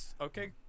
Okay